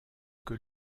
que